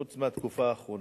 חוץ מהתקופה האחרונה,